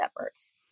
efforts